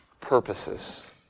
purposes